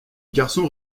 garçon